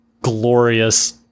glorious